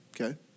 Okay